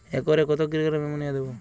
একরে কত kilogram ammonia দেবো?